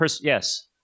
Yes